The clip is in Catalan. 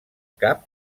cap